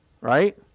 right